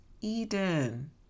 Eden